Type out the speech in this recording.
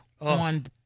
on